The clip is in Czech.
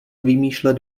vymýšlet